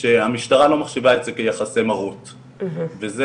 שהמשטרה לא מחשיבה את זה כיחסי מרות וזה